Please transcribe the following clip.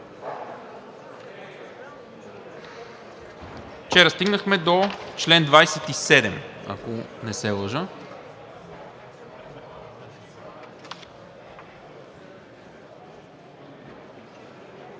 Вчера стигнахме до чл. 27, ако не се лъжа.